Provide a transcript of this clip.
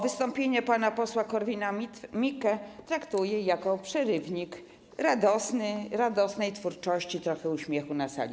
Wystąpienie pana posła Korwin-Mikkego traktuję jako przerywnik radosny, radosną twórczość, trochę uśmiechu na sali.